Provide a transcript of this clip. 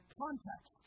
context